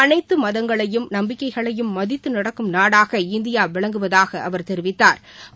அளைத்து மதங்களையும் நம்பிக்கைகளையும் மதித்து நடக்கும் நாடாக இந்தியா விளங்குவதாக அவா தெரிவித்தாா்